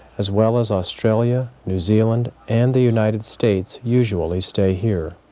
as well as, australia, new zealand, and the united states usually stay here.